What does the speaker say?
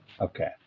Okay